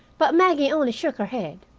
but maggie only shook her head.